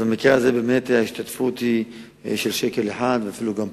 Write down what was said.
אז במקרה הזה ההשתתפות היא באמת של שקל אחד ואפילו גם פחות,